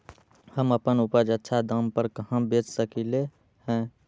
हम अपन उपज अच्छा दाम पर कहाँ बेच सकीले ह?